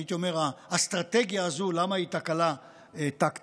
הייתי אומר, האסטרטגיה הזו, למה היא תקלה טקטית?